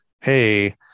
Hey